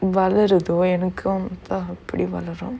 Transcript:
வளருதோ எனக்கும்தா அப்டி வளரும்:valarutho enakkumthaa apdi valarum